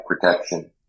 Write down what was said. protection